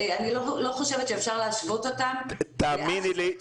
אני לא חושבת שאפשר להשוות אותם לאף מגזר אחר.